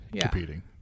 competing